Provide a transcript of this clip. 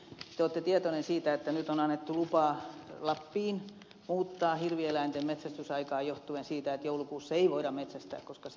te olette tietoinen siitä että nyt on annettu lappiin lupa muuttaa hirvieläinten metsästysaikaa johtuen siitä että joulukuussa ei voida metsästää koska siellä on pimeätä